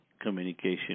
communication